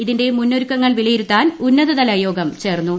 ഇതിന്റെ മുന്നൊരുക്കങ്ങൾ വിലയിരുത്താൻ ഉന്നതതല യോഗം ചേർന്നു